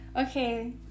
Okay